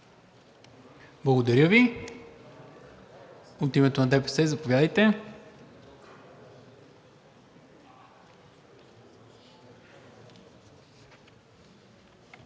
Благодаря Ви. От името на ДПС? Заповядайте.